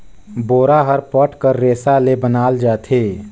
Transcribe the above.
बोरा हर पट कर रेसा ले बनाल जाथे